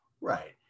right